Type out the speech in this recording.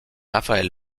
raphaël